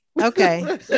Okay